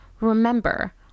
Remember